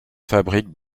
fabriquent